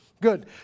Good